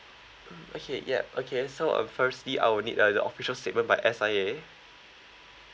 okay yup okay so uh firstly I will need uh the official statement by S_I_A